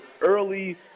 early